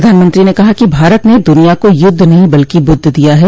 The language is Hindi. प्रधानमंत्री ने कहा कि भारत ने दुनिया को यद्ध नहीं बल्कि बुद्ध दिया है